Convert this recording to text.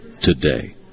today